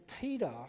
Peter